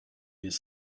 his